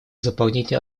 заполнения